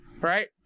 right